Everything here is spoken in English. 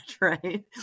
right